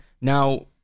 now